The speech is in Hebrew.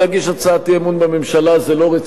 הצעת אי-אמון בממשלה זה לא רציני,